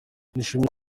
nishimiye